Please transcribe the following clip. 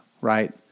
right